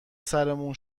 سرمون